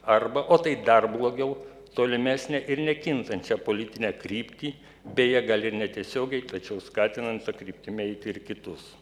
arba o tai dar blogiau tolimesnę ir nekintančią politinę kryptį beje gal ir netiesiogiai tačiau skatinant ta kryptimi eiti ir kitus